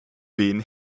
wen